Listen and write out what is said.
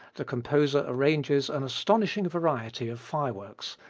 the composer arranges an astonishing variety of fireworks,